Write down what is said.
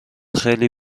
خیلی